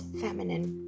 feminine